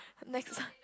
next